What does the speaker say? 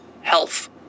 health